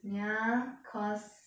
ya cause